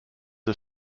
are